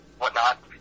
whatnot